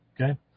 okay